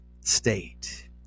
state